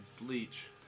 Bleach